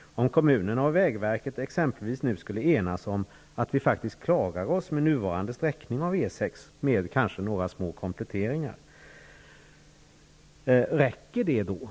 Om kommunerna och vägverket nu exempelvis skulle kunna enas om att vi faktiskt klarar oss med nuvarande sträckning av E 6, kanske med några små kompletteringar, kan man fråga sig om det räcker.